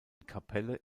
kapelle